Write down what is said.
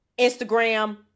Instagram